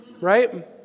right